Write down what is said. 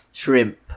shrimp